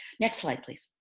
next slide please.